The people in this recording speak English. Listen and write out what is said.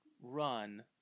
run